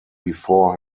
before